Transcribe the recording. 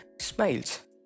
smiles